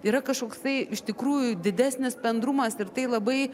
yra kažkoksai iš tikrųjų didesnis bendrumas ir tai labai